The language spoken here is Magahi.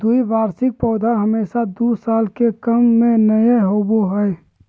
द्विवार्षिक पौधे हमेशा दू साल से कम में नयय होबो हइ